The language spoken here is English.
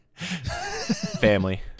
Family